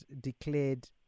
declared